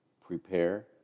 prepare